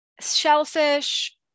shellfish